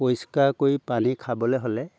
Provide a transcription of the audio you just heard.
পৰিষ্কাৰ কৰি পানী খাবলৈ হ'লে